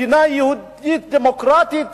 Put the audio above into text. מדינה יהודית-דמוקרטית,